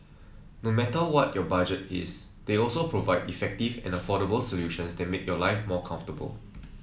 no matter what your budget is they also provide effective and affordable solutions that make your life more comfortable